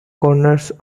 corners